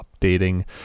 updating